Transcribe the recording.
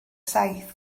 saith